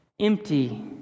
empty